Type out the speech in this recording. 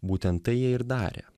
būtent tai jie ir darė